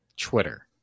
Twitter